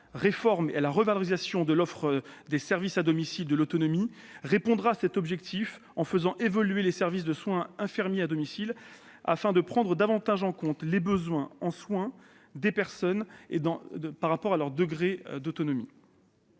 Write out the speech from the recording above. réforme et à la revalorisation de l'offre de services à domicile en matière d'autonomie, répondra à cet objectif en faisant évoluer les services de soins infirmiers à domicile afin de prendre davantage en compte les besoins en soins des personnes par rapport à leur degré d'autonomie.